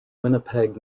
winnipeg